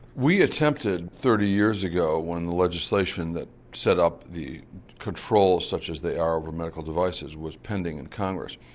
we attempted thirty years ago when legislation that set up the control such as they are over medical devices was pending in congress.